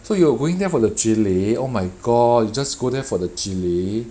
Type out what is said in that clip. so you're going there for the chili oh my god you just go there for the chili